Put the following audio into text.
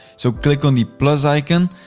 so click on the plus icon,